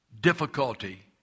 difficulty